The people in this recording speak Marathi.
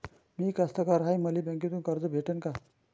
मी कास्तकार हाय, मले बँकेतून कर्ज भेटन का?